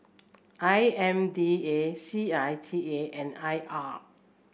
I M D A C I T I and I R